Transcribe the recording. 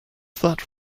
that